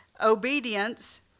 obedience